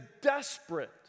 desperate